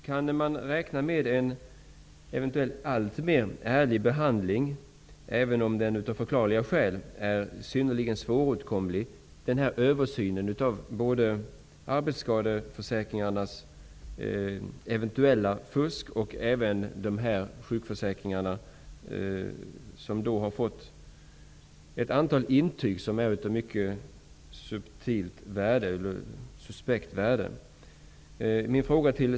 Kan man räkna med en alltmer ärlig behandling, även om den av förklarliga skäl är synnerligen svåråtkomlig, av denna översyn av både arbetsskadeförsäkringarnas eventuella fusk och av sjukförsäkringarna, där det förekommer ett antal intyg av mycket suspekt värde?